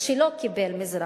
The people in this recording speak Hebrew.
שאלתי במה הוא עבד.